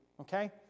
okay